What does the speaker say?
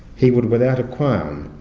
he would, without a qualm,